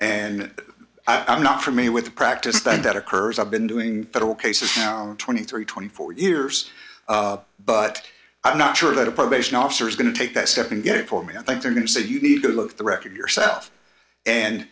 and i'm not for me with the practice that occurs i've been doing federal cases now twenty three twenty four years but i'm not sure that a probation officer is going to take that step and get it for me i think they're going to say you need to look at the record yourself and